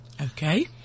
Okay